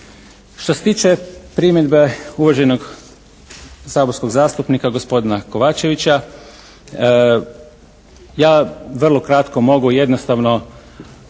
Što se tiče primjedbe uvaženog saborskog zastupnika gospodina Kovačevića ja vrlo kratko mogu jednostavno